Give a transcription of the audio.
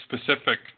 specific